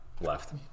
Left